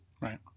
right